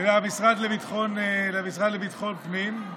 למשרד לביטחון הפנים,